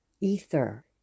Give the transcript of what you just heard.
ether